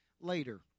later